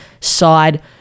side